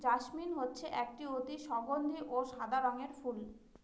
jasmine হচ্ছে একটি অতি সগন্ধি ও সাদা রঙের ফুল